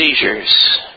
seizures